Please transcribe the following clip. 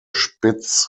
spitz